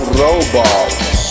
robots